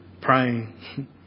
praying